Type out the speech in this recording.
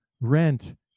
rent